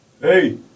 Hey